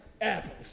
apples